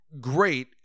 great